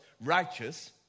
righteous